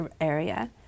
area